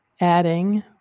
adding